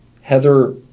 Heather